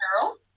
Carol